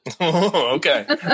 Okay